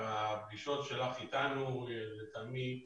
והפגישות שלך אתנו, לטעמי,